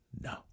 No